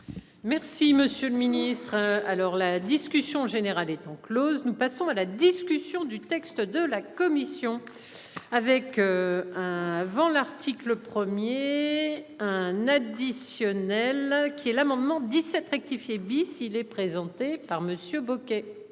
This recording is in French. Merci, monsieur le Ministre, alors la discussion générale étant Close. Nous passons à la discussion du texte de la commission avec. Un vent l'article. 1er un additionnel qui est l'amendement 17 rectifier bis. Il est présenté par Monsieur Bocquet.